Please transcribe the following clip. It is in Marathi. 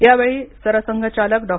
यावेळी सरसंघचालक डॉ